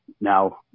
Now